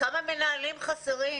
כמה מנהלים חסרים?